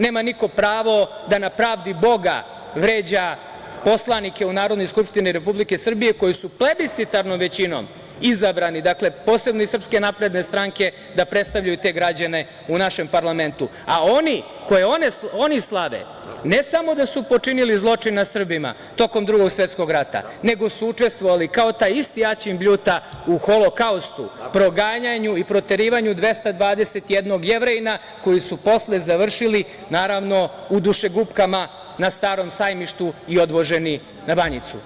Nema niko pravo da na pravdi Boga vređa poslanike u Narodnoj skupštini Republike Srbije, koji su plebiscitarnom većinom izabrani, dakle, posebno iz Srpske napredne stranke, da predstavljaju te građane u našem parlamentu, a one koji oni slave ne samo da su počinili zločin nad Srbima tokom Drugog svetskog rata, nego su učestvovali kao taj isti Aćim Bljuta u Holokaustu, proganjanju i proterivanju 221 Jevrejina koji su posle završili, naravno, u dušegupkama na Starom Sajmištu i odvoženi na Banjicu.